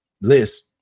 list